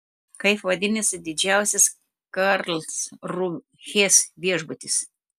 kaip vadinasi didžiausias karlsrūhės viešbutis